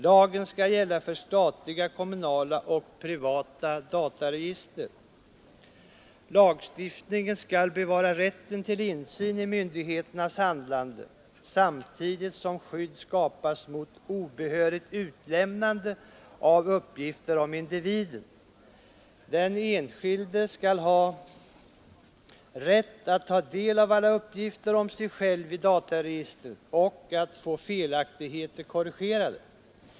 Lagen skall gälla för statliga, kommunala och privata dataregister. Lagstiftningen skall bevara rätten till insyn i myndigheternas handlande, samtidigt som skydd skapas mot obehörigt utlämnande av uppgifter om individer. Den enskilde skall ha rätt att ta del av alla uppgifter om sig själv i dataregister och att få felaktigheter korrigerade.